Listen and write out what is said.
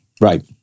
Right